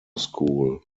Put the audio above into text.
school